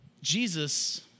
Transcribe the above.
Jesus